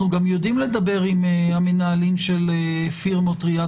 אנחנו גם יודעים לדבר עם המנהלים של פירמות ראיית